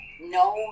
no